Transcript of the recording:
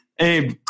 Abe